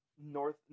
north